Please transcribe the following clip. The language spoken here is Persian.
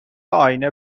آینه